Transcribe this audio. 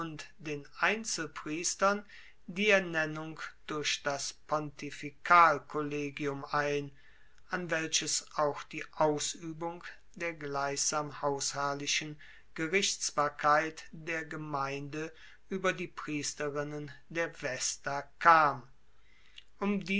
den einzelpriestern die ernennung durch das pontifikalkollegium ein an welches auch die ausuebung der gleichsam hausherrlichen gerichtsbarkeit der gemeinde ueber die priesterinnen der vesta kam um